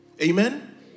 Amen